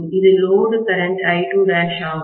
அது load current I2' ஆகும்